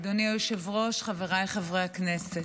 אדוני היושב-ראש, חבריי חברי הכנסת,